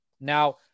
now